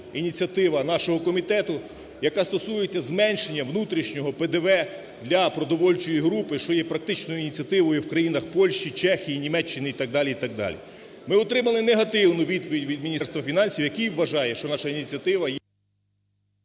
ініціатива нашого комітету, яка стосується зменшення внутрішнього ПДВ для продовольчої групи, що є практичною ініціативою в країнах – Польщі, Чехії, Німеччині і так далі, і так далі. Ми отримали негативну відповідь від Міністерства фінансів, яке вважає, що наша ініціатива…